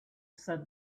said